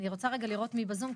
אני רוצה רגע לראות מי בזום,